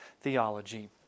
theology